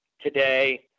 today